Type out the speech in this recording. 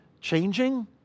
changing